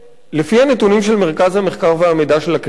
לפי נתונים של מרכז המחקר והמידע של הכנסת,